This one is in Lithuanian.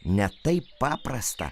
ne taip paprasta